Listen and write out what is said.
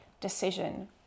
decision